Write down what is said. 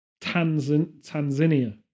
Tanzania